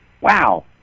wow